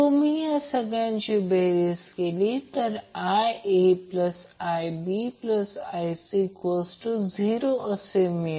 तुम्ही या सगळ्याची बेरीज केली तर IaIbIc0 असे मिळेल